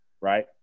right